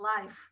life